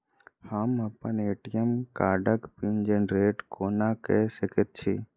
हम अप्पन ए.टी.एम कार्डक पिन जेनरेट कोना कऽ सकैत छी?